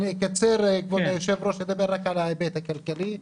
אני אקצר, כדי לדבר על ההיבט הכלכלי.